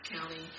county